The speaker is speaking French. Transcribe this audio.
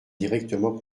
directement